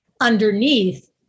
underneath